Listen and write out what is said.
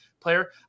player